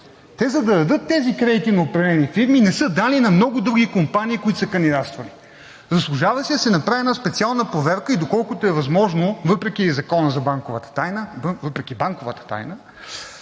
Те за да дадат тези кредити на определени фирми, не са дали на много други компании, които са кандидатствали. Заслужава си да се направи една специална проверка и доколкото е възможно, въпреки банковата тайна, тази информация да